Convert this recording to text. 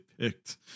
picked